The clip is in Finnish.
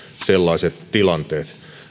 sellaiset tilanteet